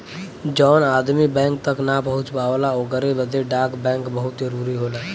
जौन आदमी बैंक तक ना पहुंच पावला ओकरे बदे डाक बैंक बहुत जरूरी होला